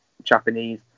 Japanese